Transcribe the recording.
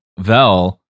vel